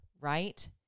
right